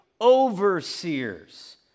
overseers